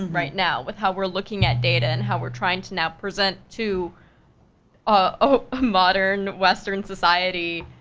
right now, with how we're looking at data and how we're trying to now present to a modern, western society,